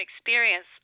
experience